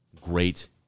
Great